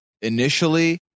initially